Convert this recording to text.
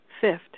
Fifth